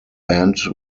banned